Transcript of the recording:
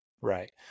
right